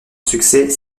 succès